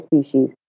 species